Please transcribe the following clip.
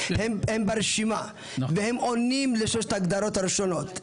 הם ברשימה והם עונים לשלושת ההגדרות הראשונות,